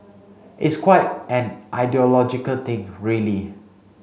it's quite an ideological thing really